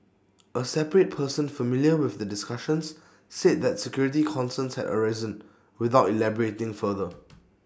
A separate person familiar with the discussions said that security concerns had arisen without elaborating further